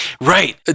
Right